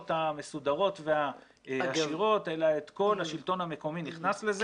המסודרות והעשירות אלא את כל השלטון המקומי נכנס לזה.